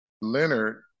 Leonard